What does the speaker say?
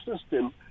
system